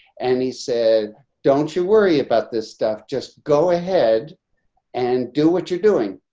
and he said, don't you worry about this stuff, just go ahead and do what you're doing.